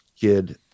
kid